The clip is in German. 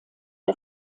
der